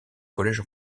collège